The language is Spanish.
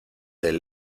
del